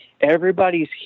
everybody's